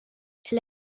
elle